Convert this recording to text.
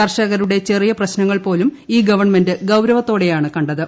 കർഷകരുടെ ചെറിയ പ്രശ്നങ്ങൾപോലും ഈ ഗവൺമെന്റ് ഗൌരവത്തോടെയാണ് കണ്ടത്